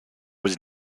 was